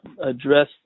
address